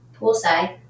Poolside